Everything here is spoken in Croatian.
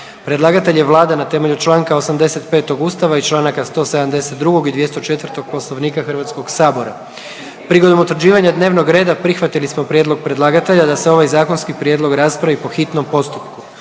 Predlagatelj je vlada na temelju čl. 85. Ustava i čl. 172. i 204. Poslovnika HS-a. Prilikom utvrđivanja dnevnog reda prihvatili smo prijedlog predlagatelja da se ovaj zakonski prijedlog raspravi po hitnom postupku.